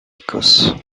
écosse